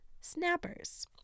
snappers